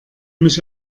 mich